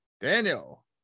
Daniel